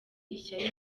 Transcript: ishyari